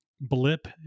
blip